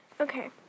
Okay